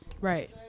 Right